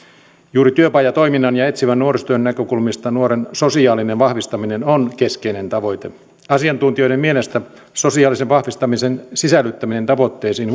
juuri työpajatoiminnan ja etsivän nuorisotyön näkökulmista nuoren sosiaalinen vahvistaminen on keskeinen tavoite asiantuntijoiden mielestä sosiaalisen vahvistamisen sisällyttäminen tavoitteisiin